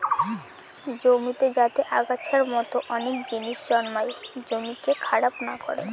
জমিতে যাতে আগাছার মতো অনেক জিনিস জন্মায় জমিকে খারাপ না করে